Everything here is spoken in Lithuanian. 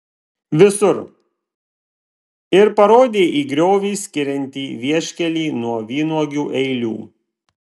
visur ir parodė į griovį skiriantį vieškelį nuo vynuogių eilių